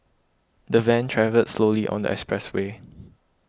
the van travelled slowly on the expressway